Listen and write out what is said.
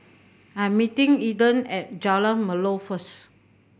I'm meeting Aedan at Jalan Melor first